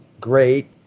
great